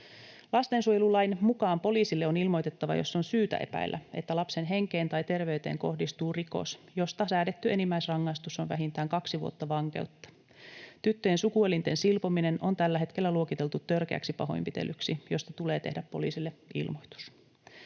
Lastensuojelulain mukaan poliisille on ilmoitettava, jos on syytä epäillä, että lapsen henkeen tai terveyteen kohdistuu rikos, josta säädetty enimmäisrangaistus on vähintään kaksi vuotta vankeutta. Tyttöjen sukuelinten silpominen on tällä hetkellä luokiteltu törkeäksi pahoinpitelyksi, josta tulee tehdä poliisille ilmoitus.